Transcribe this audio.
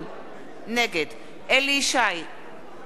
נגד אליהו ישי, נגד